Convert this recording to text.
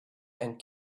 and